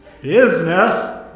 Business